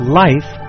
life